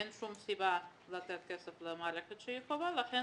אין שום סיבה לתת כסף למערכת שהיא חובה ולכן